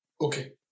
okay